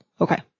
Okay